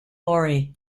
lori